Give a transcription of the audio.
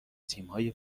تیمهای